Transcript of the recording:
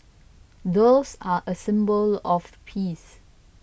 doves are a symbol of peace